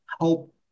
help